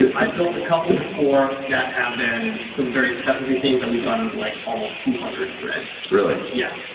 i built a couple before that have been some very specialty things that we've done and like almost two hundred threads. really? yeah.